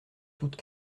toute